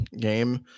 game